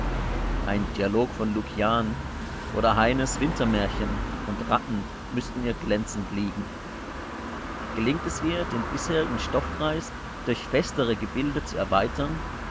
ein dialog von lukian oder heines wintermärchen und ratten müßten ihr glänzend liegen gelingt es ihr den bisherigen stoffkreis durch festere gebilde zu erweitern